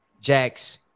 Jax